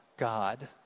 God